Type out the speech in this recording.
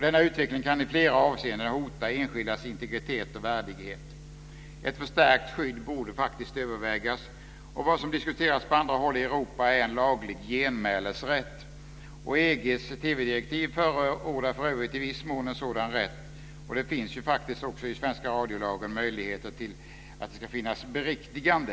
Denna utveckling kan i flera avseenden hota enskildas integritet och värdighet. Ett förstärkt skydd borde övervägas. Vad som diskuteras på andra håll i Europa är en laglig genmälesrätt. EG:s TV direktiv förordar för övrigt i viss mån en sådan rätt. Det finns också i den svenska radiolagen möjlighet till beriktigande.